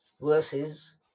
verses